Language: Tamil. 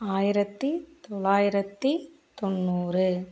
ஆயிரத்தி தொள்ளாயிரத்தி தொண்ணூறு